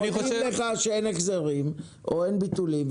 הם אומרים לך שאין החזרים ואין ביטולים,